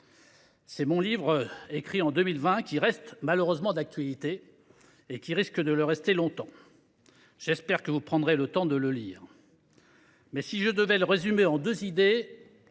offrir mon livre,, publié en 2020. Cet ouvrage reste malheureusement d’actualité et risque de le rester longtemps. J’espère que vous prendrez le temps de le lire… Si je devais le résumer en deux idées,